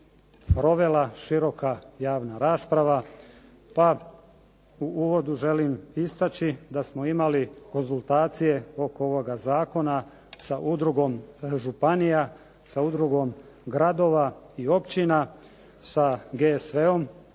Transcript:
provela široka javna rasprava, pa u uvodu želim istaći da smo imali konzultacije oko ovoga zakona sa udrugom županija, sa udrugom gradova i općina, sa GSV-om